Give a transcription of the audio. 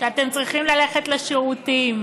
כשאתם צריכים ללכת לשירותים,